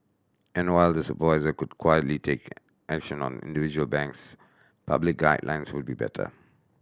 and while the supervisor could quietly take action on individual banks public guidelines would be better